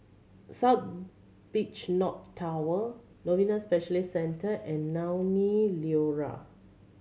South Beach North Tower Novena Specialist Centre and Naumi Liora